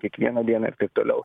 kiekvieną dieną ir taip toliau